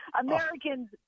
Americans